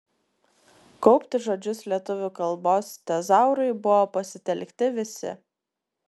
kaupti žodžius lietuvių kalbos tezaurui buvo pasitelkti visi